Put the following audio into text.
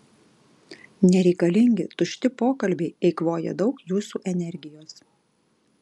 nereikalingi tušti pokalbiai eikvoja daug jūsų energijos